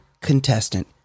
contestant